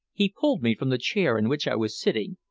he pulled me from the chair in which i was sitting,